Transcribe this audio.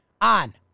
on